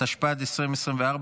התשפ"ד 2024,